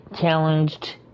challenged